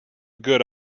good